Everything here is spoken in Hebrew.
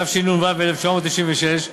התשנ"ו 1996,